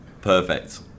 Perfect